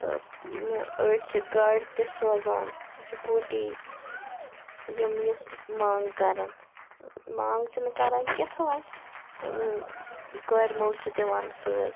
تہٕ أڑۍ چھِ گاڑِ تہِ سوزان سِکوٗٹی یِم یِژھ مانٛگ کَران مانٛگ چھِ نہٕ کَران کیٚنٛہہ تہٕ وۄنۍ کورِ مول چھِ دِوان سۭتۍ